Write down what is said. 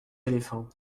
éléphants